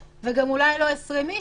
ואולי גם לא 20 אנשים.